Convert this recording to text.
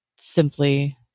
simply